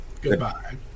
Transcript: goodbye